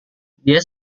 dia